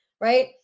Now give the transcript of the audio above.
right